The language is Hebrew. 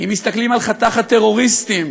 אם מסתכלים על חתך הטרוריסטים,